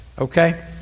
okay